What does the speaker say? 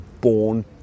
born